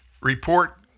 report